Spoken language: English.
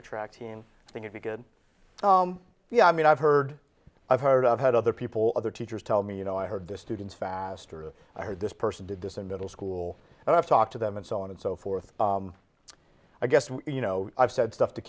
the track team i think if you get the i mean i've heard i've heard i've had other people other teachers tell me you know i heard the students faster i heard this person did this in middle school and i've talked to them and so on and so forth i guess and you know i've said stuff to